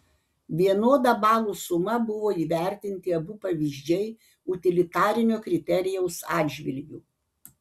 vienoda balų suma buvo įvertinti abu pavyzdžiai utilitarinio kriterijaus atžvilgiu